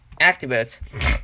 activists